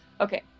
okay